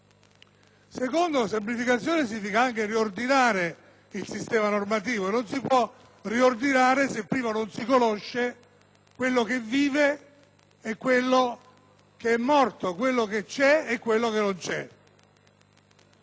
secondo luogo, semplificazione significa anche riordinare il sistema normativo, che non si può riordinare se prima non si conosce quello che vive e quello che è morto, quello che c'è e quello che non c'è.